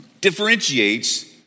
differentiates